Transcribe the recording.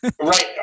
right